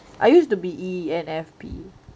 I used to be E_N_F_P